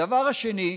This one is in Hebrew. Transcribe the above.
הדבר השני: